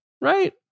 Right